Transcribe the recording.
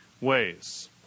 ways